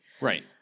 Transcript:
Right